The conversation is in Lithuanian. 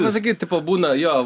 pasakyt tipo būna jo